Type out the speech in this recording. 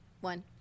One